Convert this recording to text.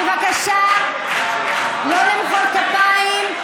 בבקשה, לא למחוא כפיים.